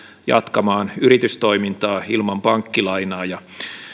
jatkamaan yritystoimintaa ilman pankkilainaa ja